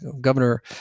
governor